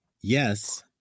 Yes